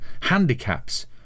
handicaps